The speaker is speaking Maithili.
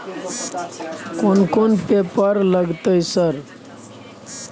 कोन कौन पेपर लगतै सर?